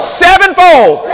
sevenfold